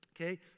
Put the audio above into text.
Okay